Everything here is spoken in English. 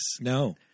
No